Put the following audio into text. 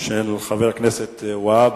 של חבר הכנסת והבה,